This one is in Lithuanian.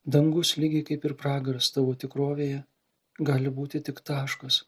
dangus lygiai kaip ir pragaras tavo tikrovėje gali būti tik taškas